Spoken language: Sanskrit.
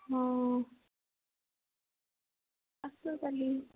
हा अस्तु तर्हि